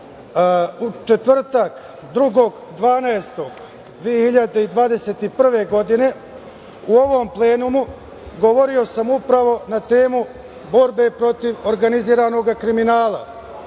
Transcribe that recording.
U četvrtak, 2. decembra 2021. godine, u ovom plenumu govorio sam upravo na temu borbe protiv organizovanog kriminala.